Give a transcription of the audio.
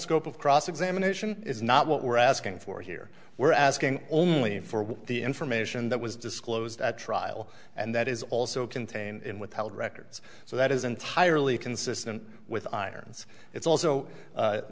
scope of cross examination is not what we're asking for here we're asking only for the information that was disclosed at trial and that is also contained in withheld records so that is entirely consistent with irons it's also